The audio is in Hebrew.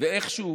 ואיכשהו